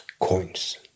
coins